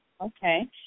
Okay